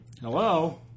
Hello